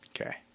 Okay